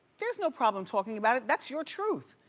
there's no problem talking about it. that's your truth.